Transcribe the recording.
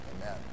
amen